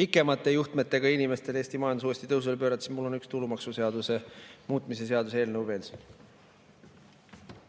pikemate juhtmetega inimestel Eesti majandus uuesti tõusule pöörata, on mul siin veel üks tulumaksuseaduse muutmise seaduse eelnõu.